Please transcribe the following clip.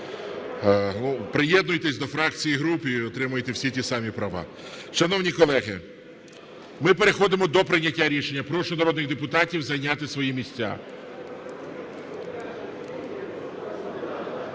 Приєднуйтеся до фракцій і груп - і отримуйте всі ті ж самі права. Шановні колеги, ми переходимо до прийняття рішення. Прошу народних депутатів зайняти свої місця.